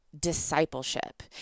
discipleship